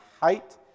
height